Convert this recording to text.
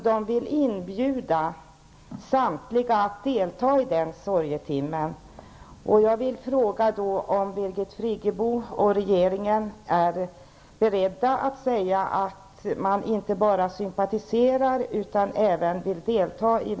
De vill inbjuda samtliga att delta i sorgetimmen, och jag vill fråga om Birgit Friggebo och regeringen är beredda att säga att de inte bara sympatiserar utan även vill delta.